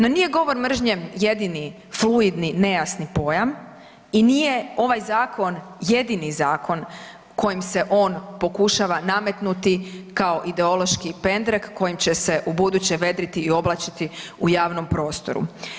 No, nije govor mržnje jedini fluidni, nejasni pojam i nije ovaj zakon jedini zakon kojim se on pokušava nametnuti kao ideološki pendrek kojim će se ubuduće vedriti i oblačiti u javnom prostoru.